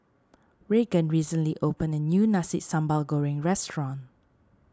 Raegan recently opened a new Nasi Sambal Goreng restaurant